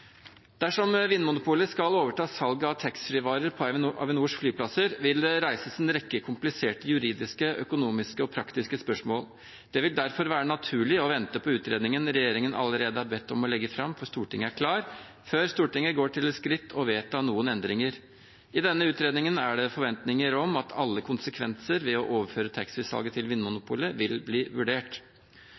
Dersom Vinmonopolet skal overta salget av taxfree-varer på Avinors flyplasser, vil det reises en rekke kompliserte juridiske, økonomiske og praktiske spørsmål. Det vil derfor være naturlig å vente på at utredningen regjeringen allerede er bedt om å legge fram for Stortinget, er klar, før Stortinget går til det skritt å vedta noen endringer. I denne utredningen er det forventninger om at alle konsekvenser ved å overføre taxfree-salget til Vinmonopolet vil bli vurdert.